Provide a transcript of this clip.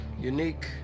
unique